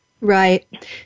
Right